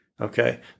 okay